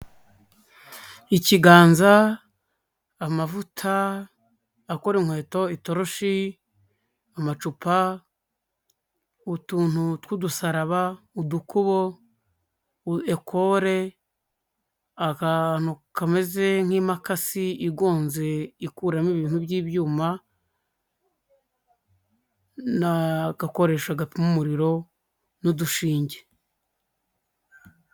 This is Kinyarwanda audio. Ikiganza, amavuta akora inkweto, itoroshi, amacupa utuntu tw'udusaraba, udukubo, ekole, akantu kameze nk'imakasi igonze ikuramo ibintu by'ibyuma, na agakoresho gapimo umuriro n'udushinge.